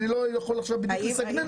אני לא יכול עכשיו לנסח בדיוק.